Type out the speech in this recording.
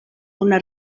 una